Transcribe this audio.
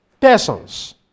persons